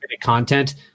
content